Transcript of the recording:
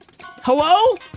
hello